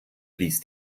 blies